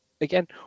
again